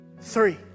three